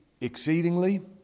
exceedingly